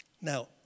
Now